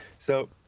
so